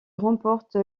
remporte